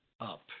up